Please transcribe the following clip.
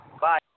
Bye